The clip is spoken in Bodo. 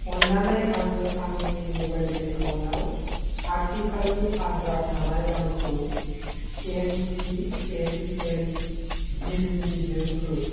अननानै आंनो आंनि मबाइल एकाउन्टआव आथिखालनि आद्रा थानाय रांखौ एमटिएनएल दिल्लिजों हो